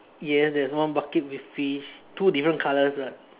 yeah there's one bucket with fish two different colours lah